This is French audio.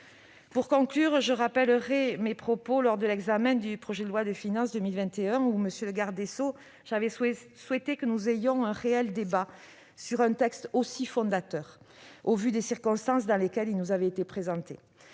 Pour conclure, je rappellerai les propos que j'ai tenus lors de l'examen du projet de loi de finances pour 2021. Monsieur le garde des sceaux, j'avais souhaité que nous ayons un réel débat sur un texte aussi fondateur, au vu des circonstances dans lesquelles il nous avait été présenté.